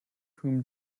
whom